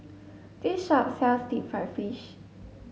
this shop sells deep fried fish